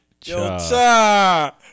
Cha